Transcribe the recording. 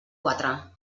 quatre